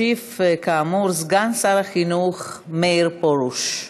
ישיב, כאמור, סגן שר החינוך מאיר פרוש.